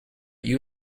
you